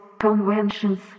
conventions